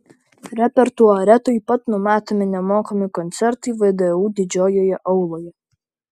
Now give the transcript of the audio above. repertuare taip pat numatomi nemokami koncertai vdu didžiojoje auloje